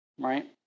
right